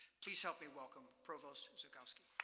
please help me welcome provost zukoski.